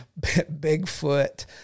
Bigfoot